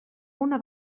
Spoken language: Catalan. una